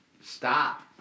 Stop